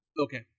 Okay